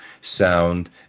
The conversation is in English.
sound